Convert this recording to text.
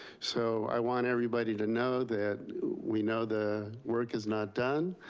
so i want everybody to know that we know the work is not done.